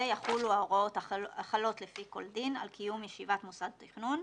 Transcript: יחולו ההוראות החלות לפי כל דין על קיום ישיבת מוסד תכנון,